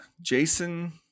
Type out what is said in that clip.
Jason